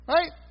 Right